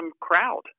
crowd